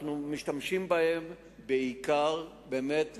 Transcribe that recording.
אנחנו משתמשים בהם בעיקר באמת לנסות,